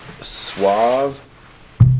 suave